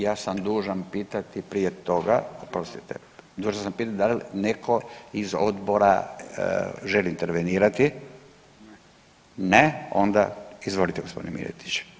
Ja sam dužan pitati prije toga, oprostite, dužan sam pitati da li netko iz odbora želi intervenirati, ne, onda izvolite gospodine Miletić.